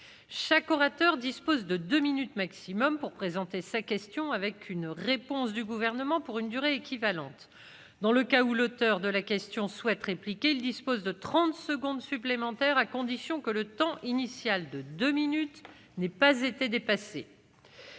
chaque orateur dispose de deux minutes au maximum pour présenter sa question, avec une réponse du Gouvernement pour une durée équivalente. Dans le cas où l'auteur de la question souhaite répliquer, il dispose de trente secondes supplémentaires, à la condition que le temps initial de deux minutes n'ait pas été dépassé.